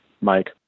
Mike